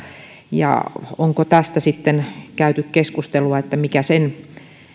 onko tästä käyty keskustelua mikä sen